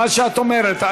מה שאת אומרת.